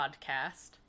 podcast